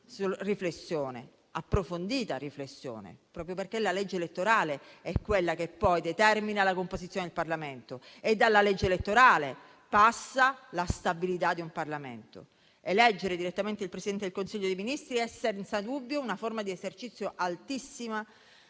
fatta un'opportuna e approfondita riflessione, proprio perché la legge elettorale è quella che poi determina la composizione del Parlamento e dalla legge elettorale passa la stabilità di un Parlamento. Eleggere direttamente il Presidente del Consiglio dei ministri è senza dubbio una forma di esercizio altissima